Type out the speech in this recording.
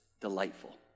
delightful